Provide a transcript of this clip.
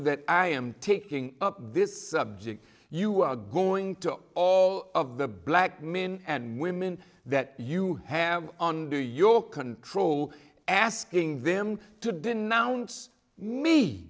that i am taking this subject you are going to all of the black men and women that you have on do your control asking them to